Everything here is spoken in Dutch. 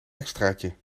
extraatje